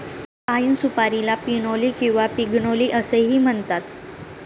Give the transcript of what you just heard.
पाइन सुपारीला पिनोली किंवा पिग्नोली असेही म्हणतात